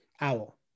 Owl